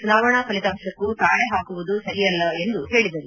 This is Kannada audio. ಚುನಾವಣಾ ಫಲಿತಾಂಶಕ್ಕೂ ತಾಳೆ ಹಾಕುವುದು ಸರಿಯಲ್ಲ ಎಂದು ಹೇಳಿದರು